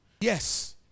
Yes